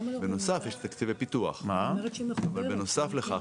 אבל בנוסף לכך,